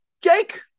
Jake